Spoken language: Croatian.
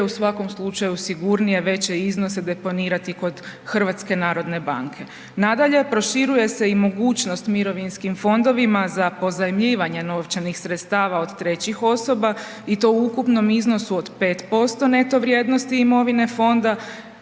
u svakom slučaju sigurnije veće iznose deponirati kod HNB-a. Nadalje, proširuje se i mogućnost mirovinskim fondovima za pozajmljivanje novčanih sredstava od trećih osoba i to u ukupnom iznosu od 5% neto vrijednosti imovine fonda